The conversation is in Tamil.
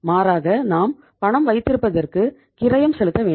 மாறாக நாம் பணம் வைத்திருப்பதற்கு கிரயம் செலுத்த வேண்டும்